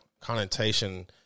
connotation